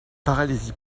paralysie